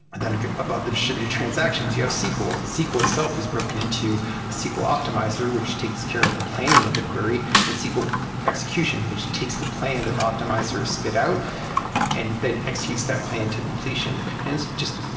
then above the distributed transactions, you have sql. and sql itself is broken into a sql optimizer, which takes care of the planning of the query and sql execution, which takes the plan that optimizers spit out and then executes that plan to completion. it's just,